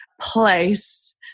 place